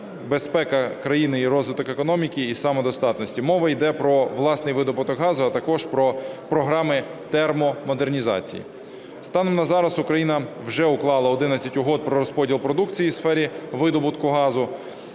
безпека країни і розвиток економіки і самодостатності. Мова йде про власний видобуток газу, а також про програми термомодернізації. Станом на зараз Україна вже уклала 11 угод про розподіл продукції у сфері видобутку газу,